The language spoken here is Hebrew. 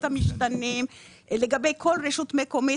את המשתנים לגבי כל רשות מקומית,